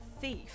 thief